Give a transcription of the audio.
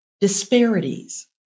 disparities